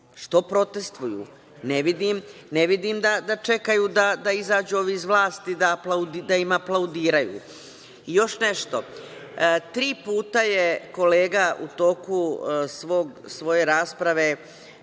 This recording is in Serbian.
Što protestuju? Ne vidim da čekaju da izađu ovi iz vlasti da im aplaudiraju. Još nešto, tri puta je kolega u toku svoje rasprave